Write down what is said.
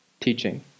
teaching